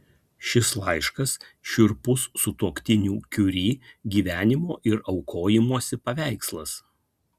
šis laiškas šiurpus sutuoktinių kiuri gyvenimo ir aukojimosi paveikslas